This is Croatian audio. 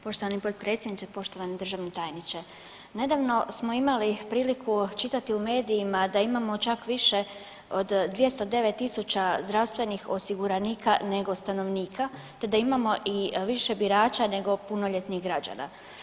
Poštovani potpredsjedniče, poštovani državni tajniče, nedavno smo imali priliku čitati u medijima da imamo čak više od 209.000 zdravstvenih osiguranika nego stanovnika te da imamo i više birača nego punoljetnih građana.